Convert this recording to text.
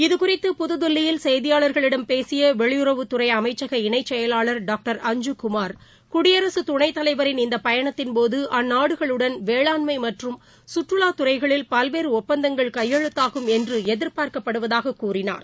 இது குறித்து புதுதில்லியில் செய்தியாளர்களிடம் பேசிய வெளியுறவுத்துறை அமைச்சக இணைச்செயலாளர் டாக்டர் அஞ்சுகுமார் குடியரசுத் துணைத்தலைவரின் இந்த பயணத்தின்போது அந்நாடுகளுடன் வேளாண்மை மற்றும் சுற்றுவாத் துறைகளில் பல்வேறு ஒப்பந்தங்கள் கையெழுத்தாகும் என்று எதிர்பார்க்கப்படுவதாக கூறினார்